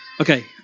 Okay